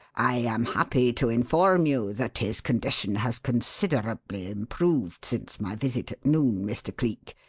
i am happy to inform you that his condition has considerably improved since my visit at noon, mr. cleek,